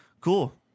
cool